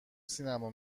سینما